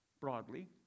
broadly